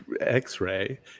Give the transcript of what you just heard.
x-ray